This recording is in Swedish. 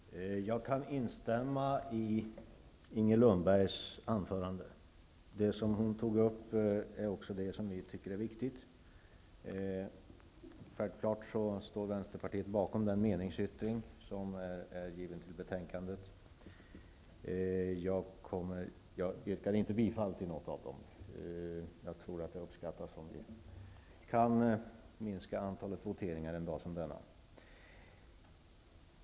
Fru talman! Jag kan instämma i Inger Lundbergs anförande. Det som hon tog upp är det som också vi tycker är viktigt. Självklart står vänsterpartiet bakom den meningsyttring som är avgiven till betänkandet. Jag yrkar inte bifall till den, för jag tror att det uppskattas om vi kan minska antalet voteringar en dag som denna.